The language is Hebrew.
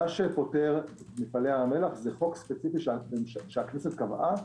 מה שפוטר את מפעלי ים המלח זה חוק ספציפי שהכנסת קבעה,